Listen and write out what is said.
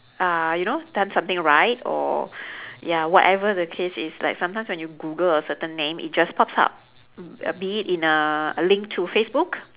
uh you know done something right or ya whatever the case is like sometimes when you google a certain name it just pops up b~ be it in a link to facebook